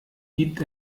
gibt